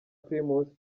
primus